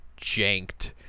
janked